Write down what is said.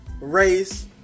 race